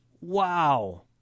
Wow